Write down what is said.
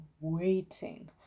waiting